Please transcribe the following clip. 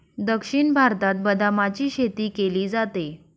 दक्षिण भारतात बदामाची शेती केली जाते